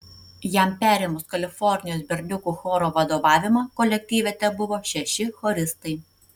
jam perėmus kalifornijos berniukų choro vadovavimą kolektyve tebuvo šeši choristai